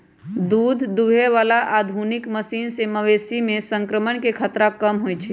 दूध दुहे बला आधुनिक मशीन से मवेशी में संक्रमण के खतरा कम होई छै